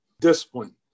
discipline